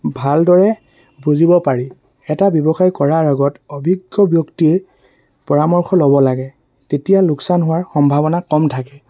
ভালদৰে বুজিব পাৰি এটা ব্যৱসায় কৰাৰ আগত অভিজ্ঞ ব্যক্তিৰ পৰামৰ্শ ল'ব লাগে তেতিয়া লোকচান হোৱাৰ সম্ভাৱনা কম থাকে